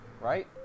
right